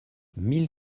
mille